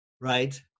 right